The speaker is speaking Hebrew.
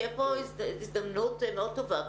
תהיה פה הזדמנות מאוד טובה,